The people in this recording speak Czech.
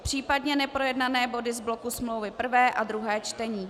Případně neprojednané body z bloku smlouvy prvé a druhé čtení.